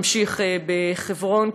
ממשיך בחברון,